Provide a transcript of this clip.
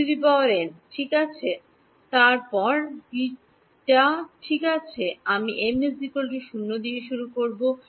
En ঠিক আছে এবং তারপর ঠিক আছে আমি m0 দিয়ে শুরু করছি